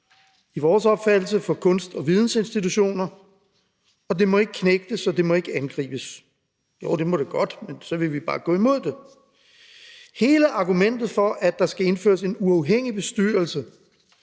i vores opfattelse helligt for kunst- og vidensinstitutioner, og det må ikke knægtes og ikke angribes. Jo, det må det godt, men så vil vi bare gå imod det. Hele argumentet for, at der skal indføres en uafhængig bestyrelse,